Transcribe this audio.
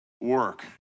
Work